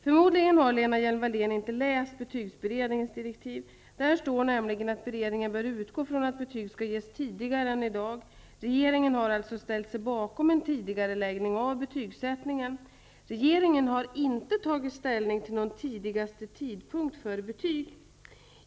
Förmodligen har Lena Hjelm-Wallén inte läst betygsberedningens direktiv. Där står nämligen att beredningen bör utgå från att betyg skall ges tidigare än i dag. Regeringen har alltså ställt sig bakom en tidagareläggning av betygssättningen. Regeringen har inte tagit ställning till någon tidigaste tidpunkt för betyg.